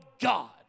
God